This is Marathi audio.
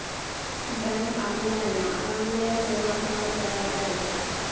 बँक आपल्याला ऑनलाइन व्यवहार करायला देता काय?